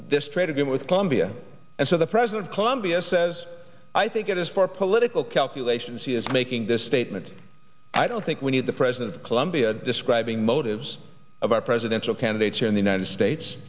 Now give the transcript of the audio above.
this trade again with colombia and so the president llambias says i think it is for political calculations he is making this statement i don't think we need the president of colombia describing motives of our presidential candidates here in the united states